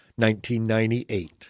1998